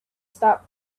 stop